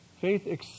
faith